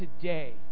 today